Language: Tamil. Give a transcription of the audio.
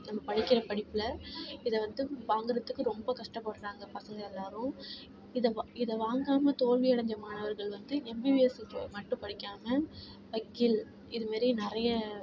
நம்ம படிக்கின்ற படிப்பில் இதை வந்து வாங்கிறத்துக்கு ரொம்ப கஷ்டப்படுறாங்க பசங்க எல்லாரும் இதை வா இதை வாங்காமல் தோல்வி அடைஞ்ச மாணவர்கள் வந்து எம்பிபிஎஸ்ஸுக்கு மட்டும் படிக்காமல் வைக்கில் இதுமாரி நிறைய